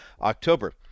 October